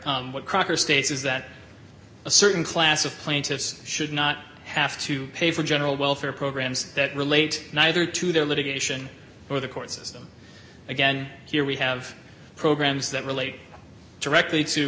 but crocker states is that a certain class of plaintiffs should not have to pay for general welfare programs that relate neither to the litigation or the court system again here we have programs that relate directly to